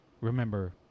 remember